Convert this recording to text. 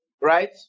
Right